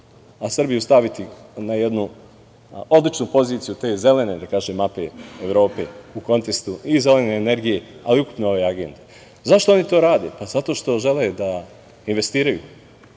a Srbiju staviti na jednu odličnu poziciju te zelene mape u Evropi u kontekstu i zelene energije, ali i ukupno ove agende.Zašto oni to rade? Pa, zato što žele da investiraju.